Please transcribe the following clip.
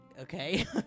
okay